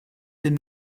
dem